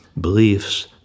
beliefs